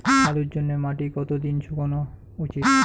আলুর জন্যে মাটি কতো দিন শুকনো উচিৎ?